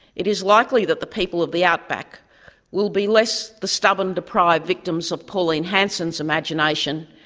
it is likely that the people of the outback will be less the stubborn, deprived victims of pauline hanson's imagination,